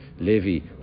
Levy